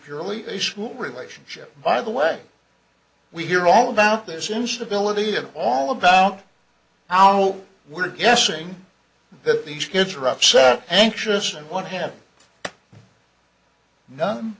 purely a school relationship by the way we hear all about this instability and all about how oh we're guessing that these kids are up so anxious and what have none